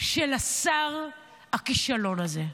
של שר הכישלון הזה.